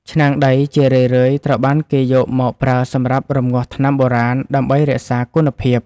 ឆ្នាំងដីជារឿយៗត្រូវបានគេយកមកប្រើសម្រាប់រំងាស់ថ្នាំបុរាណដើម្បីរក្សាគុណភាព។